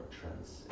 trends